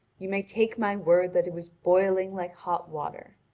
you may take my word that it was boiling like hot water.